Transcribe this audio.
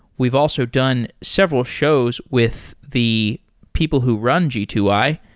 we've also done several shows with the people who run g two i,